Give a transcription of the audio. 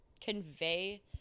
convey